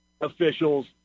officials